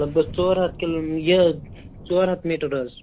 لگ بگ ژور ہَتھ کِلو یہِ ژور ہَتھ میٖٹر حظ